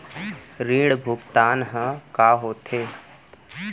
ऋण भुगतान ह का होथे?